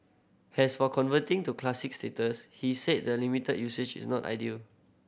as for converting to Classic status he said the limited usage is not ideal